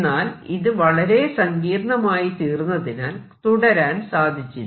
എന്നാൽ ഇത് വളരെ സങ്കീർണമായിത്തീർന്നതിനാൽ തുടരാൻ സാധിച്ചില്ല